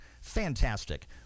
fantastic